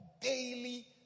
daily